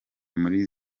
muri